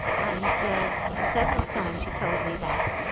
and several times she told me that.